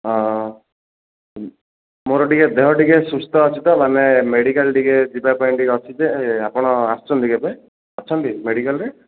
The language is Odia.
ହଁ ମୋର ଟିକେ ଦେହ ଟିକେ ସୁସ୍ଥ ଅଛି ତ ମାନେ ମେଡ଼ିକାଲ୍ ଟିକେ ଯିବା ପାଇଁ ଟିକେ ଅଛି ଯେ ଆପଣ ଆସିଛନ୍ତି କି ଏବେ ଅଛନ୍ତି ମେଡ଼ିକାଲ୍ରେ